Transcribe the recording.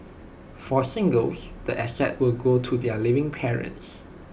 for singles the assets will go to their living parents